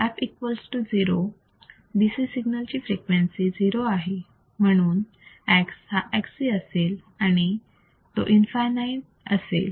f equals to 0 dc signal ची frequency 0 आहे म्हणून X हा Xc असेल आणि तो इनफायनाईट असेल